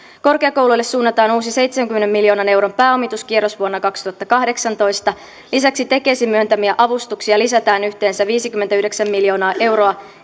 korkeakouluille suunnataan uusi seitsemänkymmenen miljoonan euron pääomituskierros vuonna kaksituhattakahdeksantoista lisäksi tekesin myöntämiä avustuksia lisätään yhteensä viisikymmentäyhdeksän miljoonaa euroa